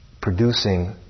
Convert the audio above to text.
producing